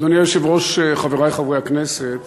אדוני היושב-ראש, חברי חברי הכנסת,